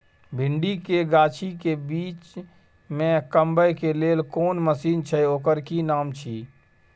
भिंडी के गाछी के बीच में कमबै के लेल कोन मसीन छै ओकर कि नाम छी?